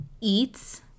eats